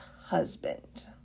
husband